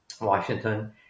Washington